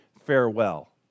farewell